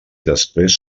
després